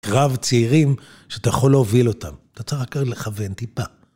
רב צעירים שאתה יכול להוביל אותם, אתה צריך רק לכוון טיפה.